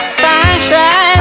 sunshine